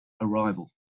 arrival